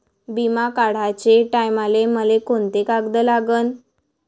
बिमा काढाचे टायमाले मले कोंते कागद लागन?